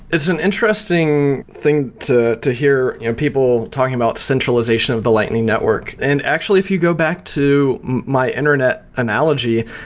it's an interesting thing to to hear in people talking about centralization of the lightning network. and actually, if you go back to my internet analogy,